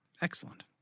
Excellent